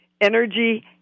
Energy